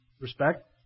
respect